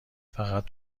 فقط